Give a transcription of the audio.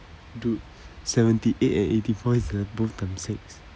dude seventy eight and eighty four is uh times six